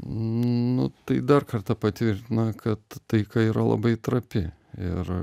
nu tai dar kartą patvirtina kad taika yra labai trapi ir